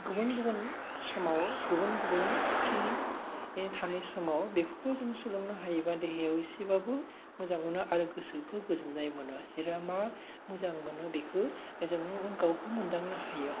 गुबुन गुबुन समाव गुबुन गुबुन फ्रि थानाय समाव बेफोरखौ जों सोलोंनो हायोबा देहायाव एसेबाबो मोजान मोनो आरो गोसोखौ गोजोननाय मोनो जेराव मा मोजां मोनो बेखौ ओ जोङो गावखौ मोनदांनो हायो